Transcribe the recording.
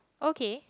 okay